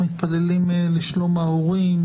מתפללים לשלום ההורים,